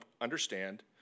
understand